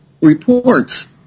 reports